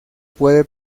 puede